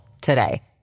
today